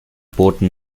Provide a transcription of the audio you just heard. boten